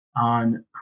on